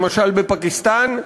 למשל בפקיסטן.